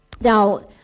now